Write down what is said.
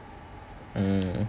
hmm